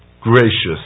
gracious